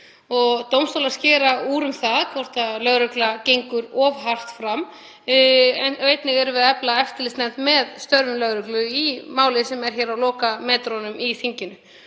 Dómstólar skera úr um það hvort lögregla gengur of hart fram. Einnig erum við að efla eftirlitsnefnd með störfum lögreglu í máli sem er hér á lokametrunum í þinginu.